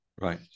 Right